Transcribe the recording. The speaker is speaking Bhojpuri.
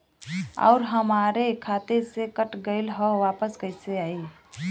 आऊर हमरे खाते से कट गैल ह वापस कैसे आई?